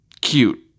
cute